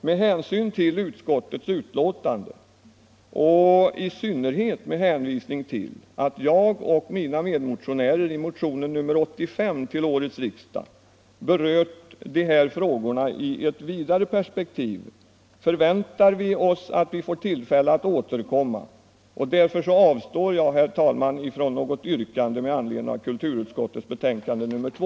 Med hänsyn till utskottets skrivning och i synnerhet med hänvisning till att jag och några medmotionärer i motionen 85 till årets riksmöte berört dessa frågor i ett vidare perspektiv, varför jag förväntar att vi får tillfälle att återkomma, avstår jag från något yrkande med anledning av kulturutskottets betänkande nr 2.